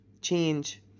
change